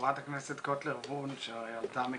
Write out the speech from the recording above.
חברת הכנסת קוטלר וונש הרי עלתה מקנדה,